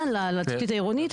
לבניין, לתשתית העירונית.